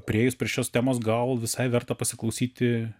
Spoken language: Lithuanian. priėjus prie šios temos gal visai verta pasiklausyti